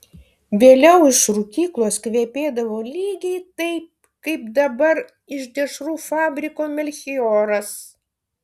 vėliau iš rūkyklos kvepėdavo lygiai taip kaip dabar iš dešrų fabriko melchioras